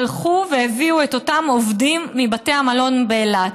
הלכו והביאו את אותם עובדים מבתי המלון באילת,